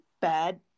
bad